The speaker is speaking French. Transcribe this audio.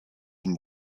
une